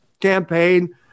campaign